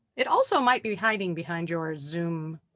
it also might be hiding behind your zoom